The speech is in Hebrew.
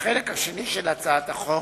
בחלק השני של הצעת החוק,